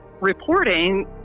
reporting